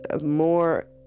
more